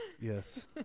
Yes